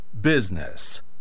BUSINESS